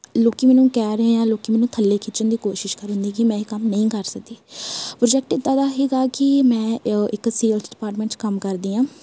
ਲੋਕ ਮੈਨੂੰ ਕਹਿ ਰਹੇ ਆ ਲੋਕ ਮੈਨੂੰ ਥੱਲੇ ਖਿੱਚਣ ਦੀ ਕੋਸ਼ਿਸ਼ ਕਰਨ ਕਿ ਮੈਂ ਇਹ ਕੰਮ ਨਹੀਂ ਕਰ ਸਕਦੀ ਪ੍ਰੋਜੈਕਟ ਇੱਦਾਂ ਦਾ ਹੈਗਾ ਕਿ ਮੈਂ ਇੱਕ ਸੇਲ 'ਚ ਡਿਪਾਰਟਮੈਂਟ 'ਚ ਕੰਮ ਕਰਦੀ ਹਾਂ